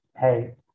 hey